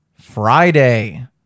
Friday